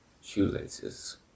shoelaces